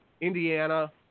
Indiana